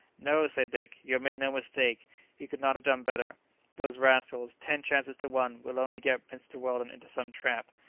no, said dick you have made no mistake you could not have done better those rascals, ten chances to one, will only get mr. weldon into some trap.